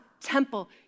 temple